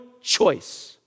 choice